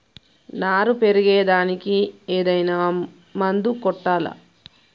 నారు పెరిగే దానికి ఏదైనా మందు కొట్టాలా?